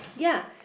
ya